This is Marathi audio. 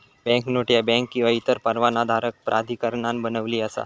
बँकनोट ह्या बँक किंवा इतर परवानाधारक प्राधिकरणान बनविली असा